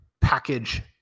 package